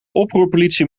oproerpolitie